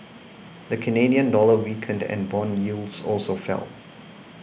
the Canadian dollar weakened and bond yields also fell